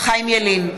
חיים ילין,